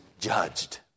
judged